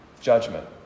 judgment